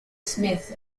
smith